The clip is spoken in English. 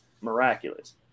miraculous